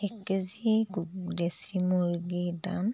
এক কেজি কু দেশী মুৰ্গীৰ দাম